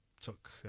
took